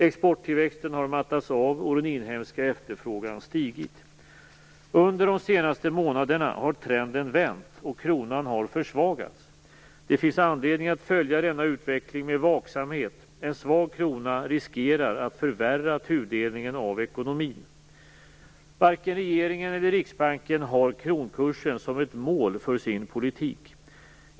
Exporttillväxten har mattats av och den inhemska efterfrågan stigit. Under de senaste månaderna har trenden vänt och kronan försvagats. Det finns anledning att följa denna utveckling med vaksamhet. En svag krona riskerar att förvärra tudelningen av ekonomin. Varken regeringen eller Riksbanken har kronkursen som ett mål för sin politik.